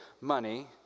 money